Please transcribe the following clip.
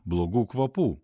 blogų kvapų